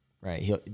right